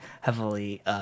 heavily